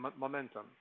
momentum